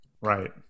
Right